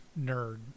nerd